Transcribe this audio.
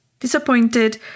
Disappointed